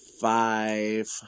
five